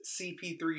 CP3